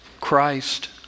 Christ